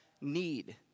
need